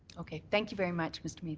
okay. thank you very much, mr. meads.